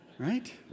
Right